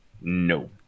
No